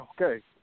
okay